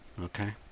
Okay